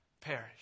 perish